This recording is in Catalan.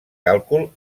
càlcul